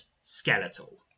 skeletal